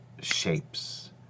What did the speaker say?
shapes